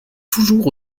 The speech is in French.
toujours